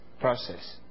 process